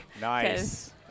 Nice